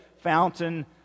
fountain